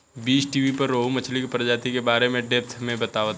बीज़टीवी पर रोहु मछली के प्रजाति के बारे में डेप्थ से बतावता